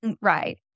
Right